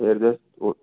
adjust वो